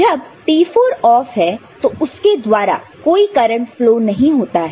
और जब T4 off है तो इसके द्वारा कोई करंट फ्लो नहीं होता है